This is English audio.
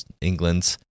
England's